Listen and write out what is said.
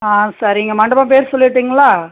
ஆ சரிங்க மண்டபம் பேர் சொல்லிட்டுங்களா